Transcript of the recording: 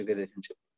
relationship